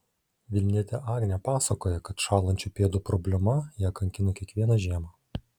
vilnietė agnė pasakoja kad šąlančių pėdų problema ją kankina kiekvieną žiemą